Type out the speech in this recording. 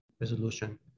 resolution